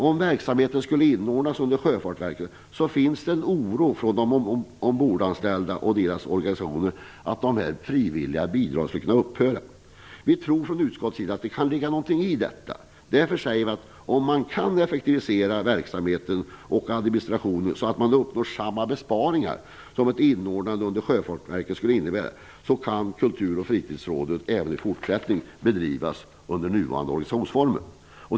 Om verksamheten skulle inordnas under Sjöfartsverket, finns det en oro bland de ombordanställda och deras organisationer för att dessa frivilliga bidrag skulle kunna upphöra. Vi tror från utskottets sida att det kan ligga någonting i detta. Därför säger vi, att om man kan effektivisera verksamheten och administrationen så att man uppnår samma besparingar som ett inordnande under Sjöfartsverket skulle innebära, kan Kultur och fritidsrådet även i fortsättningen bedrivas i nuvarande organisationsform.